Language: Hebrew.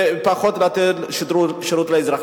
ופחות לתת שירות לאזרח.